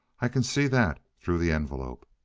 i can see that, through the envelope.